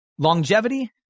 Longevity